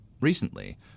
Recently